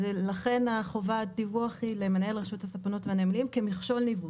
לכן חובת הדיווח היא למנהל רשות הספנות והנמלים כמכשול ניווט.